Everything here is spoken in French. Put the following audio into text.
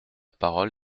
parole